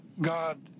God